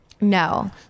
No